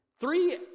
Three